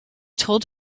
told